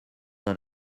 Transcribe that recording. n’en